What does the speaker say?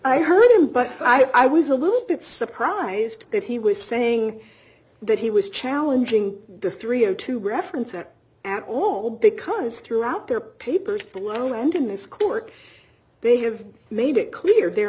i heard him but i was a little bit surprised that he was saying that he was challenging the three o two reference at at all because throughout their papers below and in this court they have made it clear they're